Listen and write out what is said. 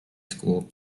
school